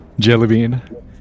Jellybean